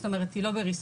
זאת אומרת היא לא בריסון,